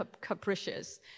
capricious